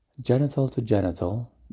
Genital-to-genital